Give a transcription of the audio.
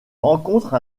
rencontre